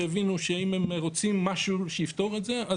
והם הבינו שאם הם רוצים משהו שיפתור את זה,